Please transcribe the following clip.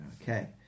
Okay